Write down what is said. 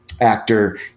actor